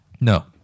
No